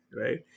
right